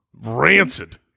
rancid